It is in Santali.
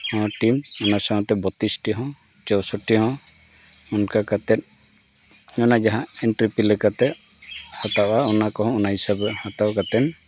ᱦᱚᱸ ᱴᱤᱢ ᱚᱱᱟ ᱥᱟᱶᱛᱮ ᱵᱚᱛᱛᱤᱨᱤᱥᱴᱤ ᱦᱚᱸ ᱪᱳᱥᱚᱴᱴᱤ ᱦᱚᱸ ᱚᱱᱠᱟ ᱠᱟᱛᱮᱫ ᱚᱱᱟ ᱡᱟᱦᱟᱸ ᱮᱱᱴᱨᱤ ᱯᱷᱤ ᱞᱮᱠᱟᱛᱮ ᱦᱟᱛᱟᱣᱟ ᱚᱱᱟ ᱠᱚᱦᱚᱸ ᱚᱱᱟ ᱦᱤᱥᱟᱹᱵ ᱜᱮ ᱦᱟᱛᱟᱣ ᱠᱟᱛᱮᱫ